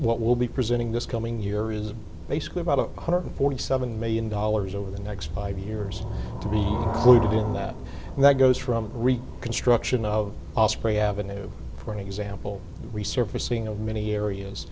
what will be presenting this coming year is basically about one hundred forty seven million dollars over the next five years to be doing that and that goes from construction of osprey avenue for an example resurfacing of many areas